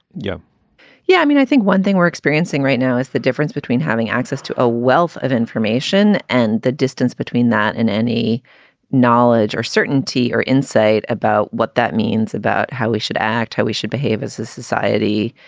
yeah yeah. i mean, i think one thing we're experiencing right now is the difference between having access to a wealth of information and the distance between that and any knowledge or certainty or insight about what that means about how we should act, how we should behave as a society,